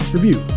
review